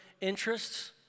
interests